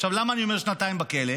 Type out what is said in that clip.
עכשיו, למה אני אומר שנתיים בכלא?